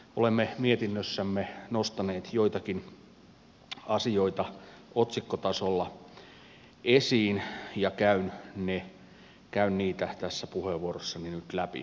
olemme mietinnössämme nostaneet joitakin asioita otsikkotasolla esiin ja käyn niitä tässä puheenvuorossani nyt läpi